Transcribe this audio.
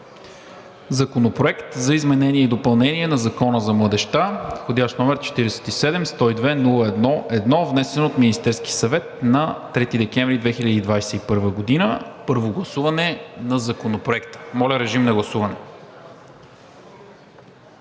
Законопроект за изменение и допълнение на Закона за младежта, вх. № 47-102-01-1, внесен от Министерския съвет на 3 декември 2021 г. – първо гласуване на Законопроекта. Калин Иванов?